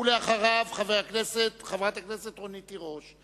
אחריו, חברת הכנסת רונית תירוש.